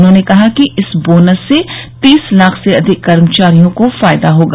उन्होंने कहा कि इस बोनस से तीस लाख से अधिक कर्मचारियों को फायदा होगा